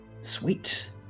Sweet